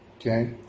Okay